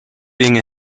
being